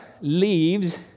leaves